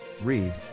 Read